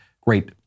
great